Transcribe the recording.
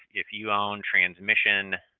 if you own transmission,